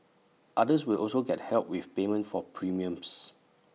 others will also get help with payment for premiums